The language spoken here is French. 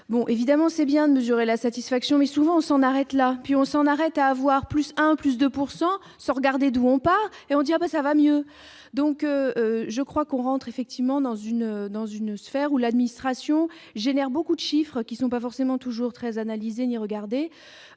Bon, évidemment, c'est bien de mesurer la satisfaction est souvent, on s'en arrête là et puis on s'en arrête à avoir plus 1 plus 2 pourcent se regarder d'où on part et on dirait que ça va mieux, donc je crois qu'on rentre effectivement dans une dans une sphère où l'administration génère beaucoup d'chiffres. Ils sont pas forcément toujours très analyser ni regarder